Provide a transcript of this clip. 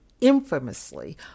infamously